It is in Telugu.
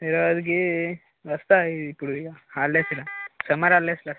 హైదరాబాద్కి వస్తాను ఇప్పుడు ఇక హాలిడేసేగా సమ్మర్ హాలిడేస్లో వస్తాను